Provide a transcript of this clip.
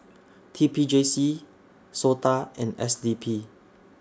T P J C Sota and S D P